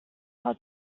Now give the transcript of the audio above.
saw